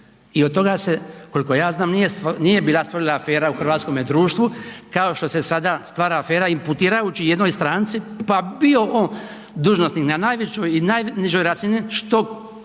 I od toga se, koliko ja znam nije bila stvorila afera u hrvatskome društvu kao što se sada stvara afera imputirajući jednoj stranci pa bio on dužnosnik na najvećoj i najnižoj razini što